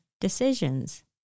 decisions